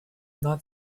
not